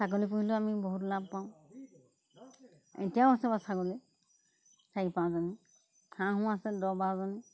ছাগলী পুহিলেও আমি বহুত লাভ পাওঁ এতিয়াও আছে বাউ ছাগলী চাৰি পাঁচজনী হাঁহহো আছে দহ বাৰহজনী